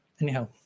anyhow